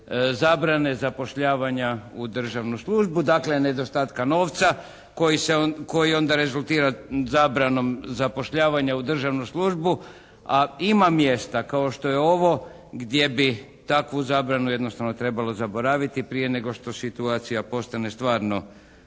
zabrane zapošljavanja u državnu službu. Dakle nedostatka novca koji se, koji onda rezultira zabranom zapošljavanja u državnu službu, a ima mjesta kao što je ovo gdje bi takvu zabranu jednostavno trebalo zaboraviti prije nego što situacija postane stvarno